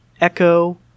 echo